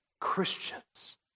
Christians